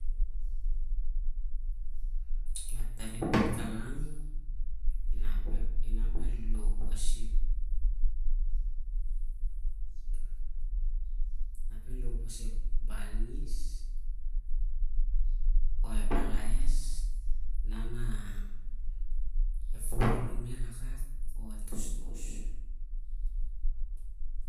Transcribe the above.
Ap- tari ep pitkalang inap el lau pasep balngis o- ep lalas nah ep wuvur anumi el wakak o- el tostos